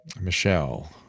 Michelle